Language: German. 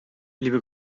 liebe